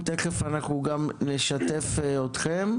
אז לפחות לא לחזור על אותם דברים.